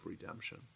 redemption